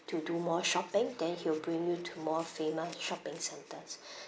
to do more shopping then he will bring you to more famous shopping centres